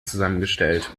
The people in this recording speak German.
zusammengestellt